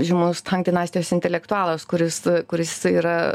žymus tan dinastijos intelektualas kuris kuris yra